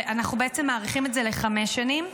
ואנחנו בעצם מאריכים את זה לחמש שנים.